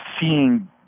seeing